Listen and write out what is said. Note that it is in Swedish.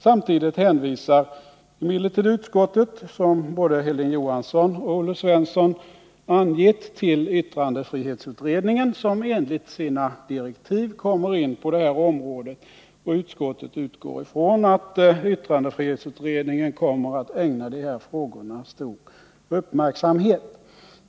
Samtidigt hänvisar emellertid utskottet, som både Hilding Johansson och Olle Svensson angett, till yttrandefrihetsutredningen, vilken enligt sina direktiv kommer in på detta område. Utskottet utgår ifrån att yttrandefrihetsutredningen kommer att ägna de här frågorna betydande uppmärksamhet.